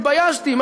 התביישתי,